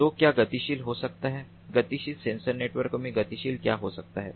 तो क्या गतिशील हो सकता है गतिशील सेंसर नेटवर्क में गतिशील क्या हो सकता है